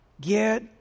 get